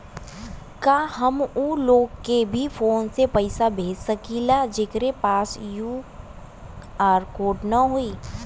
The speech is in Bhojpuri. का हम ऊ लोग के भी फोन से पैसा भेज सकीला जेकरे पास क्यू.आर कोड न होई?